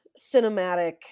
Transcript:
cinematic